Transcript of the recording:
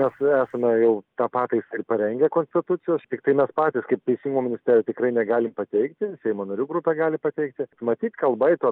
mes jau esame jau tą pataisą ir parengę konstitucijos tiktai mes patys kaip teisingumo ministerija tikrai negalim pateikti seimo narių grupė gali pateikti matyt kalba eitų